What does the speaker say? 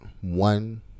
one